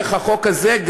דרך החוק הזה,